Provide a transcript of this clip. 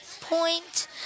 point